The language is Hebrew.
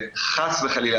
וחס וחלילה,